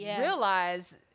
realize